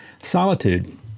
Solitude